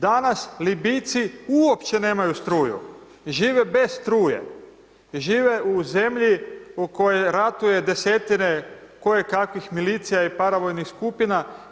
Danas Libijci uopće nemaju struju, žive bez struje, žive u zemlji u kojoj ratuje desetine koje kakvih milicija i paravojnih skupina.